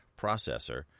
processor